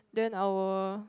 then our